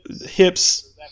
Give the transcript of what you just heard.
hips